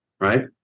right